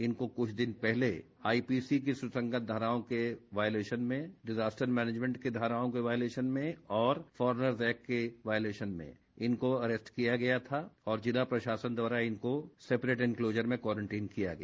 इनको कुछ दिन पहले आईपीसी की सुसंगत धाराओं के वाइलेशन में डिजास्टर मैंनेजमेंट की धाराओं के वाइलेशन में और फारनर एक्टा के वाइलेशन में इनको अरेस्टस किया गया था और जिला प्रशासन द्वारा इनको सेपरेट एनक्लोजर में क्वारेंटीन किया गया